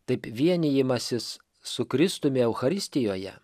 taip vienijimasis su kristumi eucharistijoje